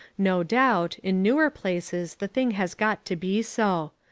no doubt, in newer places the thing has got to be so.